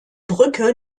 brücke